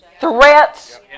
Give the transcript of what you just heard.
threats